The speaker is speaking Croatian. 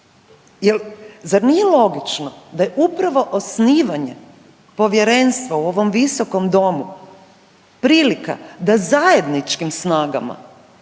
za nije logično da je upravo osnivanje povjerenstva u ovom visokom domu prilika da zajedničkim snagama